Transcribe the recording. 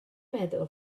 meddwl